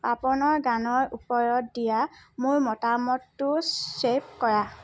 পাপনৰ গানৰ ওপৰত দিয়া মোৰ মতামতটো ছে'ভ কৰা